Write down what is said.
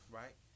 right